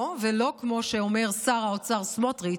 ולא, לא כמו שאומר שר האוצר סמוטריץ',